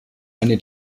eine